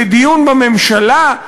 לדיון בממשלה?